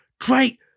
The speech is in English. great